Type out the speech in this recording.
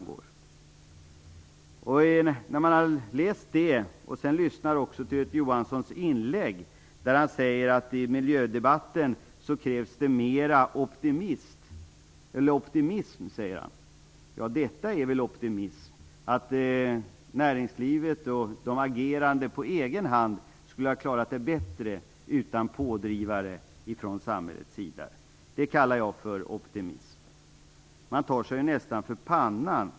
Göte Jonsson säger i sitt inlägg att det krävs mer optimism i miljödebatten. Ja, detta är väl optimism. Att näringslivet och de agerande på egen hand skulle ha klarat detta bättre utan pådrivare från samhällets sida kallar jag optimism. Man tar sig nästan för pannan.